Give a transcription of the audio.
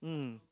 mm